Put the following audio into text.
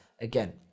again